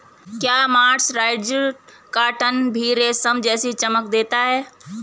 क्या mercerised cotton भी रेशम जैसी चमक देता है?